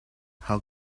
how